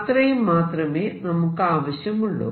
അത്രയും മാത്രമേ നമുക്കാവശ്യമുള്ളൂ